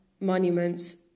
monuments